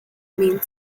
means